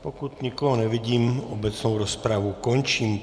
Pokud nikoho nevidím, obecnou rozpravu končím.